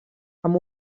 amb